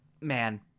man